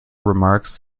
remarks